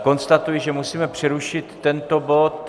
Konstatuji, že musíme přerušit tento bod.